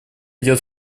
идет